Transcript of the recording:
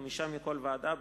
חמישה מכל ועדה,